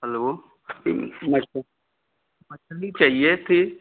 hello मछली चाहिए थी